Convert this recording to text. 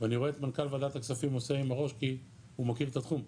ואני רואה את מנכ"ל ועדת הכספים עושה עם הראש כי הוא מכיר את התחום.